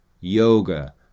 yoga